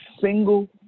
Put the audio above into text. single